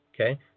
Okay